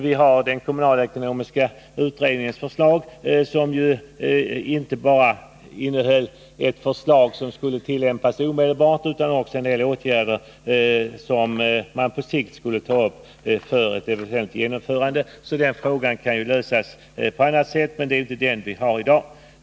Vi har den kommunalekonomiska utredningens förslag, som ju inte bara upptar åtgärder som skulle tillämpas omedelbart utan också en del mera eventuella åtgärder som skulle genomföras på sikt. Denna fråga kan alltså lösas på annat sätt, men det är ju inte den vi behandlar i dag.